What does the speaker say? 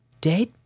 dead